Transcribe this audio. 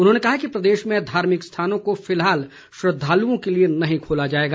उन्होंने कहा कि प्रदेश में धार्मिक स्थानों को फिलहाल श्रद्वालुओं के लिए नहीं खोला जाएगा